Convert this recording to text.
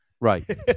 Right